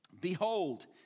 Behold